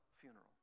funeral